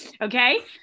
Okay